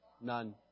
None